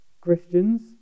Christians